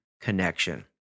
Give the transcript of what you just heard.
connection